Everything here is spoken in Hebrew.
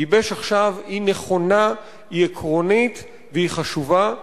היא נכונה, היא עקרונית והיא חשובה.